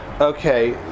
Okay